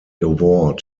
award